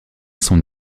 son